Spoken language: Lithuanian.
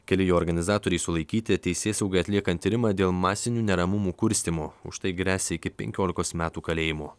keli jo organizatoriai sulaikyti teisėsaugai atliekant tyrimą dėl masinių neramumų kurstymo už tai gresia iki penkiolikos metų kalėjimo